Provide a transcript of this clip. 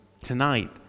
tonight